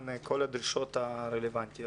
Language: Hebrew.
וכמובן יישארו כל הדרישות הרלוונטיות.